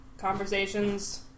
conversations